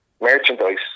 Merchandise